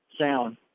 sound